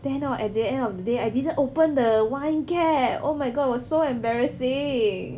then orh at the end of the day I didn't open the wine cap oh my god was so embarrassing